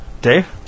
Dave